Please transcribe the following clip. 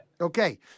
Okay